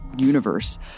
universe